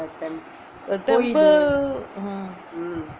the temple